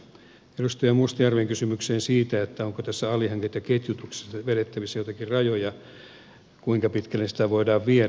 edustaja mustajärven kysymykseen siitä onko tässä alihankintaketjutuksessa vedettävissä joitakin rajoja kuinka pitkälle sitä voidaan viedä